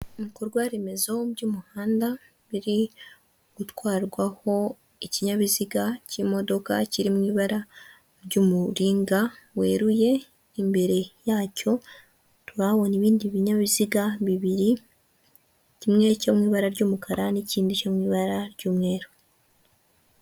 Ibikorwaremezo by'umuhanda biri gutwarwaho ikinyabiziga cy'imodoka kiri mu ibara ry'umuringa weruye, imbere yacyo turahabona ibindi binyabiziga bibiri, kimwe cyo mu ibara ry'umukara n'ikindi cyo mu ibara ry'umweru.